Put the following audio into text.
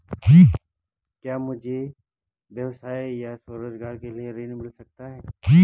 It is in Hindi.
क्या मुझे व्यवसाय या स्वरोज़गार के लिए ऋण मिल सकता है?